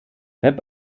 web